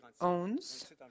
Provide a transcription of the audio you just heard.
owns